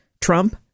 Trump